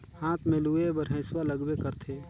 हाथ में लूए बर हेसुवा लगबे करथे